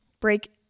break